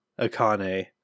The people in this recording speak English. Akane